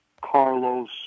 Carlos